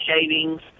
shavings